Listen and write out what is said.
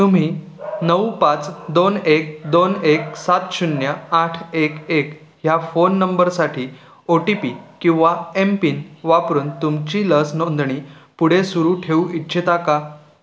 तुम्ही नऊ पाच दोन एक दोन एक सात शून्य आठ एक एक ह्या फोन नंबरसाठी ओ टी पी किंवा एमपिन वापरून तुमची लस नोंदणी पुढे सुरू ठेवू इच्छिता का